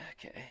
okay